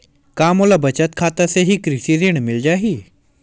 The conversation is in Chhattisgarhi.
का मोला बचत खाता से ही कृषि ऋण मिल जाहि?